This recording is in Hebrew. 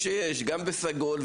שלום.